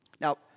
Now